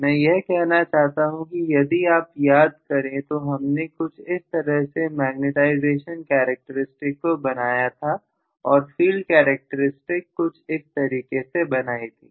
मैं यह कहना चाहता हूं कि यदि आप याद करें तो हमने कुछ इस तरह से मैग्नेटाइजेशन कैरेक्टरिस्टिक को बनाया था और फील्ड कैरेक्टरिस्टिक कुछ इस तरीके से बनाई थी